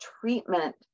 treatment